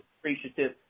appreciative